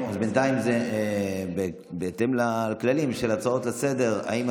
אז בינתיים זה בהתאם לכללים של הצעות לסדר-היום.